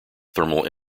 thermal